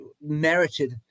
merited